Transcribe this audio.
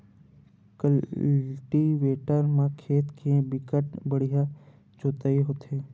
cultivator म खेत के बिकट बड़िहा जोतई होथे